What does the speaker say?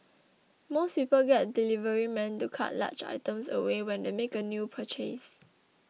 most people get deliverymen to cart large items away when they make a new purchase